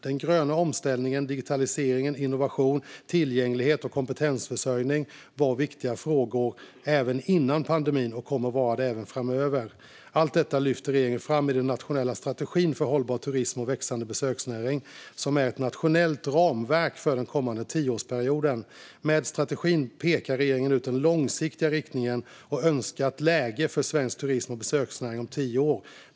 Den gröna omställningen, digitalisering, innovation, tillgänglighet och kompetensförsörjning var viktiga frågor redan innan pandemin och kommer att vara det även framöver. Allt detta lyfter regeringen fram i den nationella strategin för hållbar turism och växande besöksnäring som är ett nationellt ramverk för den kommande tioårsperioden. Med strategin pekar regeringen ut den långsiktiga riktningen och önskat läge för svensk turism och besöksnäring om tio år.